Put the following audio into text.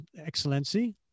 Excellency